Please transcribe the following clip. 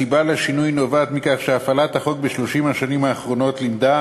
הסיבה לשינוי נובעת מכך שהפעלת החוק ב-30 השנים האחרונות לימדה